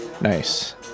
Nice